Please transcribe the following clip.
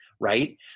right